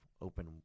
open